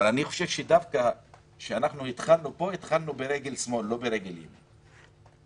אבל התחלנו פה ברגל שמאל, לא ברגל ימין.